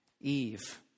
Eve